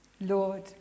Lord